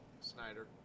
Snyder